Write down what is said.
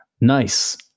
nice